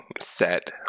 set